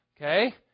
Okay